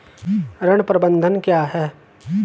ऋण प्रबंधन क्या है?